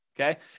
okay